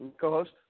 co-host